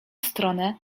stronę